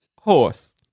horse